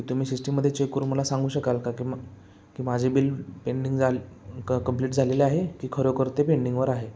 की तुम्ही सिस्टीममध्ये चेक करून मला सांगू शकाल का मग की माझे बिल पेंडिंग झाले कम्प्लीट झालेले आहे की खरोखर ते पेंडिंगवर आहे